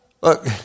Look